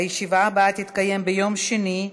הישיבה הבאה תתקיים ביום שני,